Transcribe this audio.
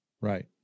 Right